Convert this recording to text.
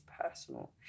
personal